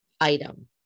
item